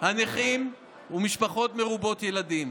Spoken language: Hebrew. "הנכים ומשפחות מרובות ילדים.